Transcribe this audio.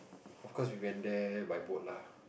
of course we went there by boat lah